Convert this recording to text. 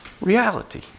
reality